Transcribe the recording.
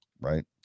right